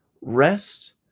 Rest